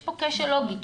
יש פה כשל לוגי.